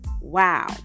Wow